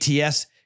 ATS